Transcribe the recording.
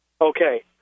Okay